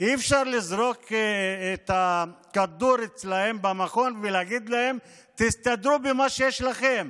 אי-אפשר לזרוק את הכדור אצלם במכון ולהגיד להם: תסתדרו עם מה שיש לכם.